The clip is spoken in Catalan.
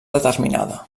determinada